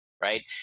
right